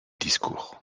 discours